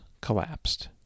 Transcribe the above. collapsed